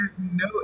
no